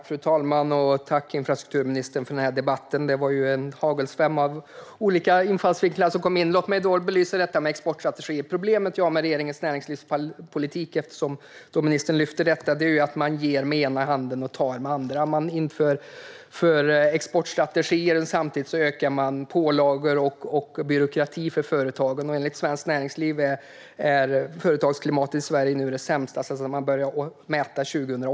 Fru talman! Tack, infrastrukturministern, för den här debatten! Det har varit en hagelsvärm av olika infallsvinklar som har tagits upp. Låt mig belysa detta med exportstrategin. Problemet som jag har med regeringens näringslivspolitik - ministern lyfte fram den - är att man ger med ena handen och tar med den andra. Man inför exportstrategier samtidigt som man ökar pålagor och byråkrati för företagen. Enligt Svenskt Näringsliv är företagsklimatet i Sverige nu det sämsta sedan man började mäta 2008.